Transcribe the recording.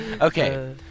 okay